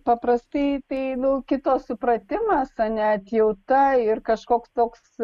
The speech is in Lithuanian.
paprastai tai nu kito supratimas ar ne atjauta ir kažkoks toks